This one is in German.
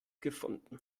gefunden